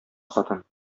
хатын